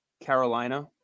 Carolina